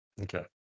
Okay